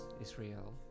Israel